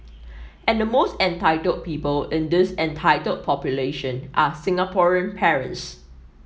and the most entitled people in this entitled population are Singaporean parents